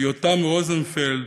יותם רוזנוולד,